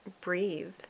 breathe